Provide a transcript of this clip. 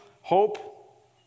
hope